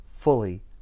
fully